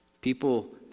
People